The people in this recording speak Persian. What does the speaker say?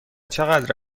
چقدر